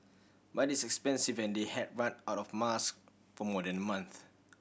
but it is expensive and they had run out of mask for more than a month